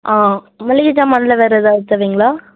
ஆ மளிகை ஜாமானில் வேறு ஏதாவது தர்றீங்களா